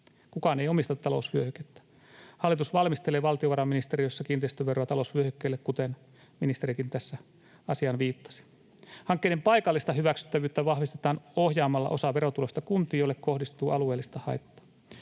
Kukaan ei omista talousvyöhykettä. Hallitus valmistelee valtiovarainministeriössä kiinteistöveroa talousvyöhykkeelle, kuten ministerikin tässä asiaan viittasi. Hankkeiden paikallista hyväksyttävyyttä vahvistetaan ohjaamalla osa verotulosta kuntiin, joille kohdistuu alueellista haittaa.